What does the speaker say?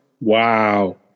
Wow